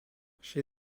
she